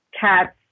cats